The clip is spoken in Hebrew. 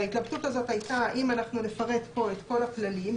ההתלבטות הזאת הייתה האם אנחנו נפרט כאן את כל הכללים,